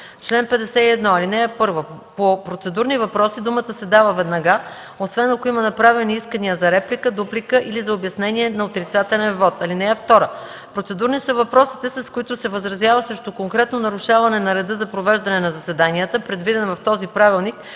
вот. (2) Процедурни са въпросите, с които се възразява срещу конкретно нарушаване на реда за провеждане на заседанията, предвиден в този правилник,